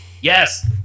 Yes